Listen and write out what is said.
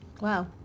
Wow